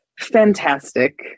fantastic